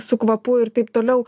su kvapu ir taip toliau